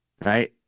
Right